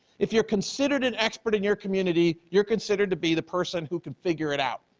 if you're considered an expert in your community, you're considered to be the person who can figure it out.